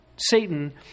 Satan